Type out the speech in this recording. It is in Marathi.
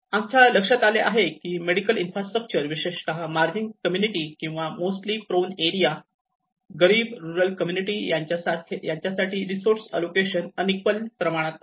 आमच्या लक्षात आले आहे की मेडिकल इन्फ्रास्ट्रक्चर विशेषतः मार्जिन कम्युनिटी किंवा मोस्टली प्रोन एरिया गरीब रुरल कम्युनिटी यांच्यासाठी रिसोर्स अलोकेशन अनइक्वल प्रमाणात असते